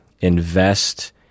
invest